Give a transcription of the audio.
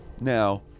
Now